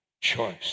choice